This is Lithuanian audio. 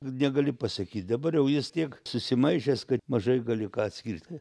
negali pasakyt dabar jau jis tiek susimaišęs kad mažai gali ką atskirti